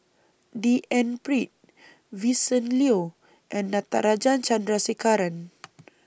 D N Pritt Vincent Leow and Natarajan Chandrasekaran